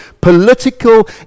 political